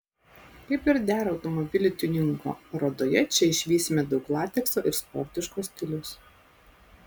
kaip ir dera automobilių tiuningo parodoje čia išvysime daug latekso ir sportiško stiliaus